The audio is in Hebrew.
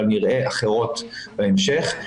אבל נראה אחרות בהמשך.